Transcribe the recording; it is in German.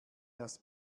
das